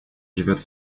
живет